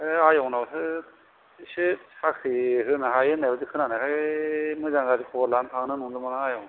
ए आयंनावसो एसे साख्रि होनो हायो होननाय बादि खोनानायखाय मोजां गाज्रि खबर लानो थांनो नंदोंमोन आं आयं